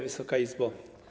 Wysoka Izbo!